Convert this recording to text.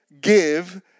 give